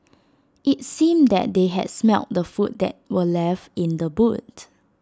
IT seemed that they had smelt the food that were left in the boot